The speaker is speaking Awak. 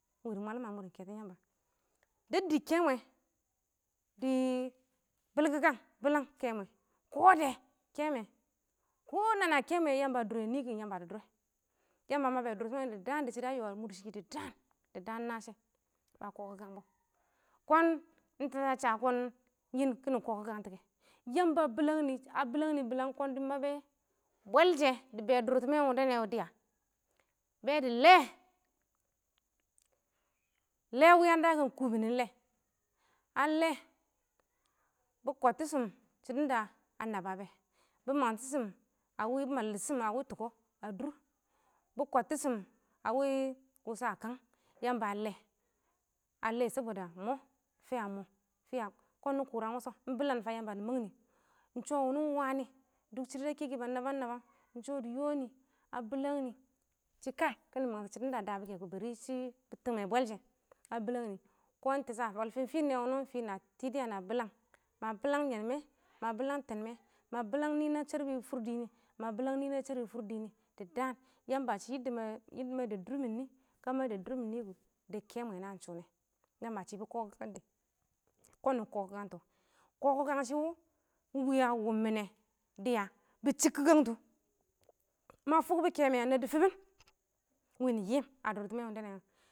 Ing wɪ dɪ mɑwalɪm a mʊr kɛtɔn yamba dɛbdɪ kɛnwɛ dɪ bɪkɪkang bɪlang kɛmwɛ, kɔ dɛ kɛmwɛ, kɔ nana kɛmwɛ ɪng nɪ kɔ ɪng yamba dɪ dʊrrɛ, yamba a mabɛ dʊrtɪmɛ wʊnɪ dɪ daan shɪdɔ a mʊrshɪ kɪ dɪ daan dɪ daan ɪng na shɛ ba kɔkɪkang bɔ, kɔn ɪng tɛshɔ a sha kɔn kɪnɪ kɔkɪkangtɔ wɛ, yamba a bɪlank nɪ bɪlang kɔn dɪ mabɛ bwɛlshɛ dɪ bɛ dʊrtɪmɛ wʊndɛ nɛ wɔ dɪya, bɛ dɪ lɛ, lɛ wɪ nwakɛ kubinin lɛ, a lɛ bɪ kʊtɪshɪm shɪdɔn da a naba bɛ, bɪ mang tɪshɪm a wɪ, bɪ mallɪtɪshɪm a wɪ tʊko a dʊr, bɪ kʊtʊshɪm a wɪ kusa a kang, yamba a lɛ, a lɛ ɪng mɔ, fɪya mɔ, kɔn nɪ kʊran wʊshɔ. Ing bɪlam fa, yamba dɪ mangnɪ ɪng shɔ wɪ nɪ ɪng wani dʊk shɪdɔ ba kɛkɪ ba nabam nabam, ɪng shɔ dɪ yɔnɪ a bɪlang nɪ shɪ kaɪ kɪnɪ mangtɔ shɪdɔn a dabɔ kɛ kɔ bare shɪ tʊngnɪ bwɛl shɛ, a bɪlang nɪ kɔn tɛshɔ a bwɛl fɪn fɪnɪ nɛ wɪnɪ wɔ ɪng fɪ na tɪ dɔ ma bɪlang yɛnmɛ, ma bɪlang tɛnmɛ, ma bɪlang nɪ na shɛrɪ fʊr dɪɪn nɪ, dɪ daan, Yamba shɪ ma dəb dʊrmɪ nɪ kʊ, dəb kɛmwɛ naan shʊ wɔ, Yamba shɪnɪ kɔkɪkang dɛ, kɔn nɪ kɔkɪkag tɔ, kɔ, kɪkang shɪ wɪ dɪya a wʊbmɪnɛ, bɪ chɪkkɪkang tʊ, ma fʊk bʊ kɛmwɛ a nab dɪ fɪbɪn, wɪnɪ yɪm a dʊrtɪmɛ wʊnɪ wɔ.